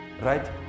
Right